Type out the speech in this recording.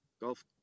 golf